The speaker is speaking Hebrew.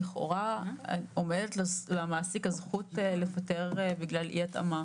לכאורה עומדת למעסיק הזכות לפטר בשל אי התאמה